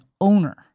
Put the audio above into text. owner